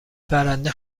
برنده